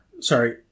Sorry